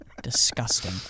Disgusting